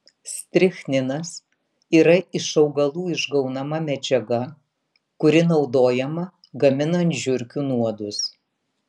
strichninas yra iš augalų išgaunama medžiaga kuri naudojama gaminant žiurkių nuodus